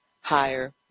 higher